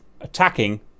attacking